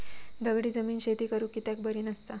दगडी जमीन शेती करुक कित्याक बरी नसता?